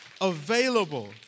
available